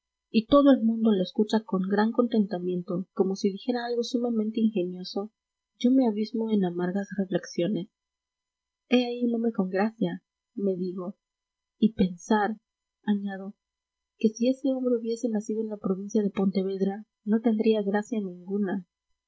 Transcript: y todo el mundo le escucha con gran contentamiento como si dijera algo sumamente ingenioso yo me abismo en amargas reflexiones he ahí un hombre con gracia me digo y pensar añado que si ese hombre hubiese nacido en la provincia de pontevedra no tendría gracia ninguna